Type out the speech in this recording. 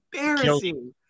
embarrassing